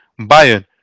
Bayern